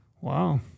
Wow